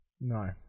No